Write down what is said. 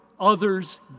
others